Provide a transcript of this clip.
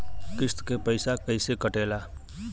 किस्त के पैसा कैसे कटेला?